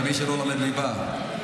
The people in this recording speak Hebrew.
גם מי שלא לומד ליבה יודע